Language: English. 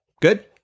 Good